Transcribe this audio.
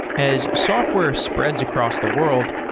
as software spreads across the world,